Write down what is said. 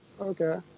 okay